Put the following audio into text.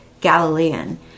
Galilean